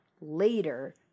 later